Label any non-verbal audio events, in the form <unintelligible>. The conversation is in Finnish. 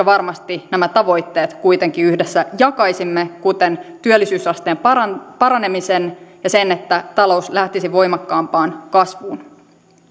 <unintelligible> varmasti nämä tavoitteet kuitenkin yhdessä jakaisimme kuten työllisyysasteen paranemisen paranemisen ja sen että talous lähtisi voimakkaampaan kasvuun